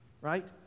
right